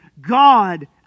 God